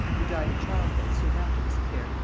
who died in childbed soon after this affair,